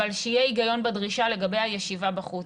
אבל שיהיה היגיון בדרישה לגבי הישיבה בחוץ.